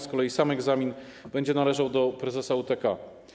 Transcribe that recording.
Z klei sam egzamin będzie należał do prezesa UTK.